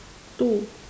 two